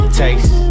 taste